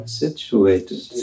situated